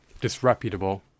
disreputable